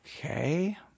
Okay